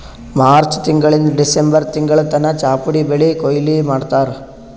March ತಿಂಗಳಿಂದ್ December ತಿಂಗಳ್ ತನ ಚಾಪುಡಿ ಬೆಳಿ ಕೊಯ್ಲಿ ಮಾಡ್ತಾರ್